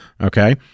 okay